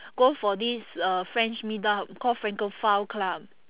go for this uh french meetup called francophile club